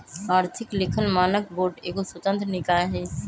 आर्थिक लिखल मानक बोर्ड एगो स्वतंत्र निकाय हइ